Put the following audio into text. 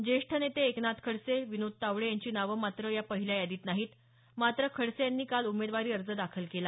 ज्येष्ठ नेते एकनाथ खडसे विनोद तावडे यांची नावं मात्र या पहिल्या यादीत नाहीत मात्र खडसे यांनी काल उमेदवारी अर्ज दाखल केला